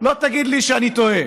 לא תגיד לי שאני טועה.